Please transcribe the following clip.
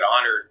honored